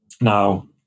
Now